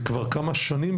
כבר כמה שנים,